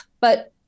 But-